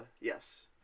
yes